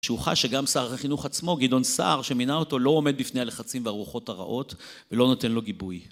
שהוא חש שגם שר החינוך עצמו, גדעון סער, שמינה אותו, לא עומד בפני הלחצים והרוחות הרעות, ולא נותן לו גיבוי.